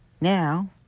now